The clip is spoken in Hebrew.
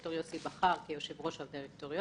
ד"ר יוסי בכר כיושב ראש הדירקטוריון,